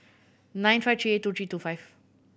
nine five three eight two three two five